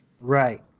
right